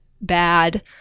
bad